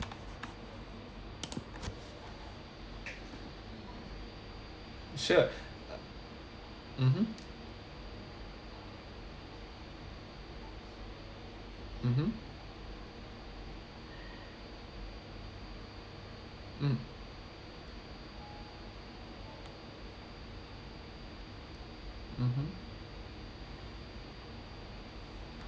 sure mmhmm mmhmm mm mmhmm